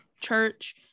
church